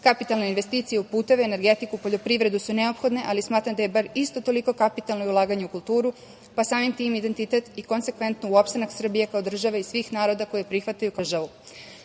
investicija u puteve, energetiku, poljoprivredu su neophodne, ali smatram da je bar isto toliko kapitalno i ulaganje u kulturu, pa samim tim identitet i konsekventno u opstanak Srbije kao države i svih naroda koji prihvataju kao svoju